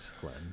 Glenn